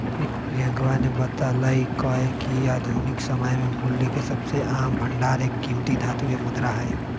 प्रियंकवा ने बतल्ल कय कि आधुनिक समय में मूल्य के सबसे आम भंडार एक कीमती धातु के मुद्रा हई